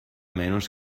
menos